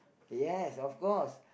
yes of course